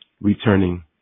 returning